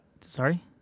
Sorry